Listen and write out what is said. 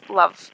love